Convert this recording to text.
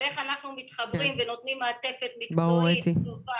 איך אנחנו מתחברים ונותנים מעטפת מקצועית וטובה.